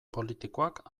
politikoak